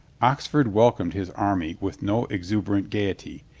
oxford welcomed his army with no exuberant gaiety,